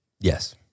Yes